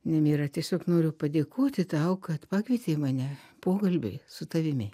nemira tiesiog noriu padėkoti tau kad pakvietei mane pokalbiui su tavimi